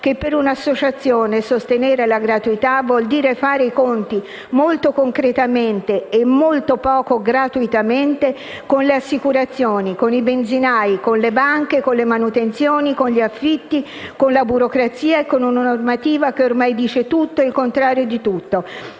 che per un associazione sostenere la gratuità vuol dire fare i conti, molto concretamente e molto poco gratuitamente, con le assicurazioni, con i benzinai, con le banche, con le manutenzioni, con gli affitti, con la burocrazia e con una normativa che ormai dice tutto ed il contrario di tutto